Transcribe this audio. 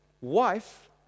wife